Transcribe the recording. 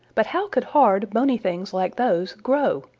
but how could hard, bony things like those grow?